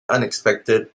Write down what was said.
unexpected